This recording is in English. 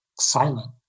silent